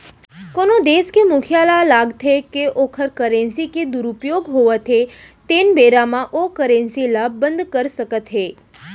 कोनो देस के मुखिया ल लागथे के ओखर करेंसी के दुरूपयोग होवत हे तेन बेरा म ओ करेंसी ल बंद कर सकत हे